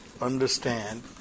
understand